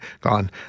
gone